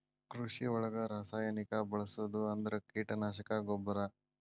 ಕೃಷಿ ಒಳಗ ರಾಸಾಯನಿಕಾ ಬಳಸುದ ಅಂದ್ರ ಕೇಟನಾಶಕಾ, ಗೊಬ್ಬರಾ